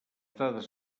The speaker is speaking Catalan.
dades